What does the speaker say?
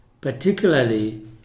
particularly